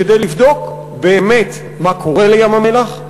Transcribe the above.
כדי לבדוק באמת מה קורה לים-המלח,